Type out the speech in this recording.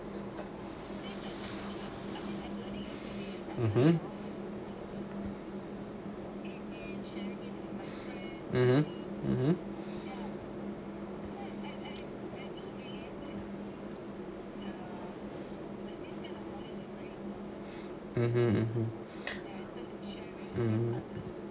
mmhmm mmhmm mm